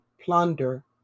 plunder